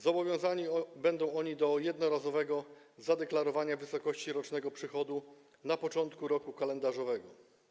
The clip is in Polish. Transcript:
Zobowiązani będą oni do jednorazowego zadeklarowania wysokości rocznego przychodu na początku roku kalendarzowego.